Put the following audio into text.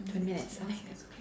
twenty minutes okay